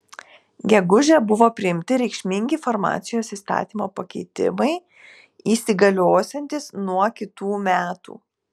gegužę buvo priimti reikšmingi farmacijos įstatymo pakeitimai įsigaliosiantys nuo kitų metų